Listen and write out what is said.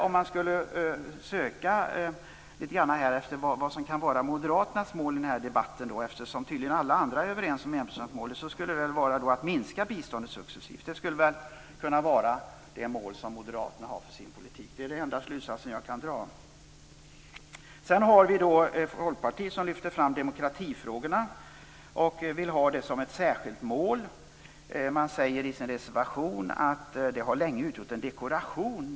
Om man skulle söka efter vad som kan vara Moderaternas mål i den här debatten - eftersom tydligen alla andra är överens om enprocentsmålet - så skulle det väl vara att minska biståndet successivt. Det skulle kunna vara det mål som Moderaterna har för sin politik. Det är den enda slutsats som jag kan dra. Sedan har vi Folkpartiet, som lyfter fram demokratifrågorna och vill ha dem som ett särskilt mål. Man säger i sin reservation att demokratimålet länge har utgjort en dekoration.